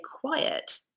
quiet